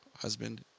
husband